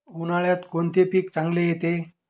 उन्हाळ्यात कोणते पीक चांगले येते?